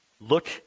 Look